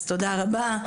אז תודה רבה.